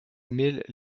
mille